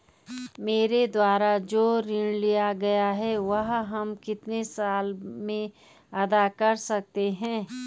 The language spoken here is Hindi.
मेरे द्वारा जो ऋण लिया गया है वह हम कितने साल में अदा कर सकते हैं?